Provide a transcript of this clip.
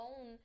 own